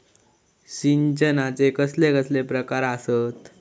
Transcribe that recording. सिंचनाचे कसले कसले प्रकार आसत?